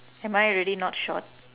am I already not short